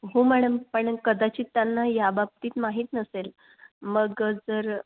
हो मॅडम पण कदाचित त्यांना या बाबतीत माहीत नसेल मग जर